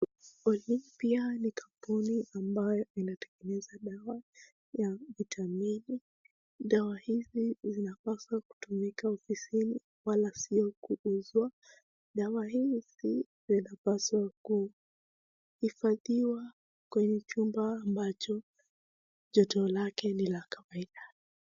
Olympia ni kampuni ambayo imetengeneza dawa ya vitamini , dawa hiki inapaswa kutumika ofisini wala sio kuuzwa, dawa hizi yanapaswa kuhifadhiwa kwenye chumba ambacho joto lake ni la kawaida